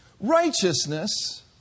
Righteousness